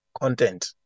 content